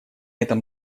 этом